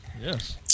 yes